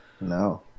No